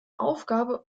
aufgabe